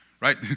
right